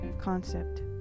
concept